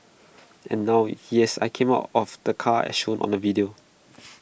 and now yes I came out of the car as shown on the video